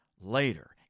later